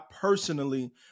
personally